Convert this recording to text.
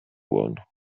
one